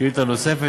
שאלה נוספת?